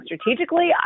strategically